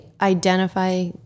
identify